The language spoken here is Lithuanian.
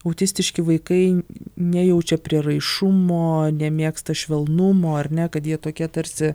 autistiški vaikai nejaučia prieraišumo nemėgsta švelnumo ar ne kad jie tokie tarsi